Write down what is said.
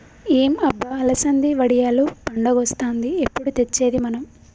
ఏం అబ్బ అలసంది వడియాలు పండగొస్తాంది ఎప్పుడు తెచ్చేది మనం